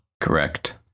Correct